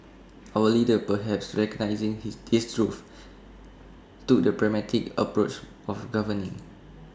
our leaders perhaps recognising his this truth took the pragmatic approach of governing